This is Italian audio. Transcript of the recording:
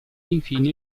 infine